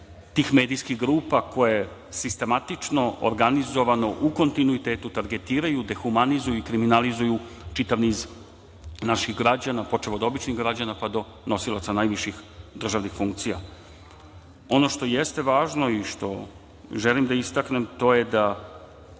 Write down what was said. tih medijskih grupa koje sistematično, organizovano, u kontinuitetu targetiraju, dehumanizuju i kriminalizuju čitav niz naših građana počev od običnih građana, pa do nosilaca najviših državnih funkcija. Ono što jeste važno i što želim da istaknem to je da